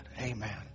Amen